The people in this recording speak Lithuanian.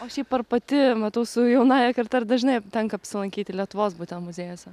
o šiaip ar pati matau su jaunąja karta ar dažnai tenka apsilankyti lietuvos būtent muziejuose